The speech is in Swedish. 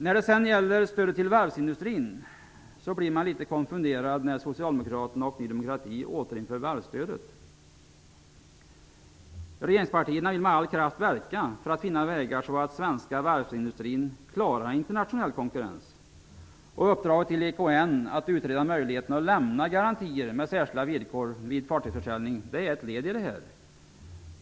När det sedan gäller stödet till varvsindustrin blir man litet konfunderad när Socialdemokraterna och Regeringspartierna vill med all kraft verka för att finna vägar så att den svenska varvsindustrin klarar internationell konkurrens. Uppdraget till EKN att utreda möjligheten att lämna garantier med särskilda villkor vid fartygsförsäljning är ett led i detta.